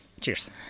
Cheers